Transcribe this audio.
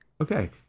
Okay